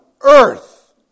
earth